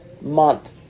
month